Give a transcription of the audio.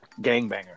gangbanger